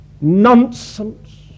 nonsense